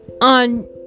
on